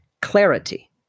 Clarity